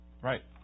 Right